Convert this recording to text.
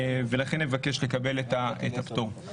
ולכן אבקש לקבל את הפטור.